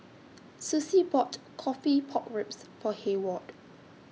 Sussie bought Coffee Pork Ribs For Heyward